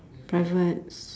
private s~